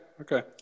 okay